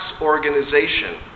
organization